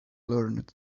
learned